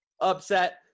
upset